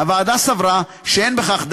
הוועדה סברה שלא די בכך.